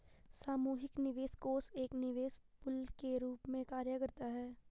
सामूहिक निवेश कोष एक निवेश पूल के रूप में कार्य करता है